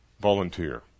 volunteer